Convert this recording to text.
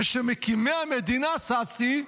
ושמקימי המדינה, ששי,